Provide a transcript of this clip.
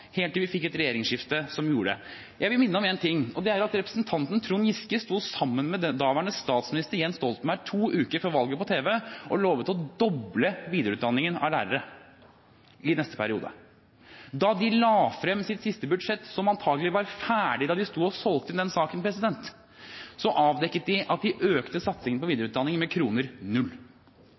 helt til vi fikk et regjeringsskifte som gjorde det. Jeg vil minne om én ting, og det er at representanten Trond Giske to uker før valget sto sammen med daværende statsminister Jens Stoltenberg på tv og lovet å doble videreutdanningen av lærere i neste periode. Da de la frem sitt siste budsjett, som antagelig var ferdig da de sto og solgte inn den saken, avdekket de at de økte satsingen på videreutdanning med kroner null.